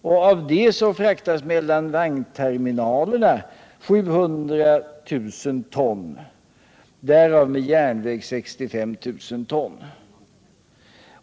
Därav fraktas mellan vagnterminalerna 700 000 ton, varav med järnväg 65 000 ton.